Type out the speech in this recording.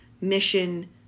mission